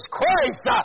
Christ